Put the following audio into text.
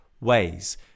ways